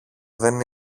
δεν